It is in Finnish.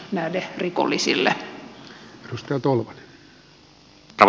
arvoisa herra puhemies